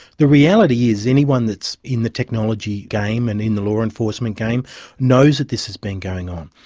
the reality is anyone that's in the technology game and in the law enforcement game knows that this has been going on.